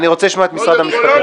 אני רוצה לשמוע את משרד המשפטים.